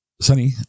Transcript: Sunny